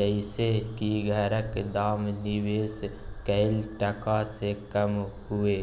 जइसे की घरक दाम निवेश कैल टका से कम हुए